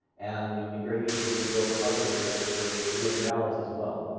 and it would be very easy to build hardware for for doing valids, as well.